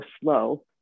slow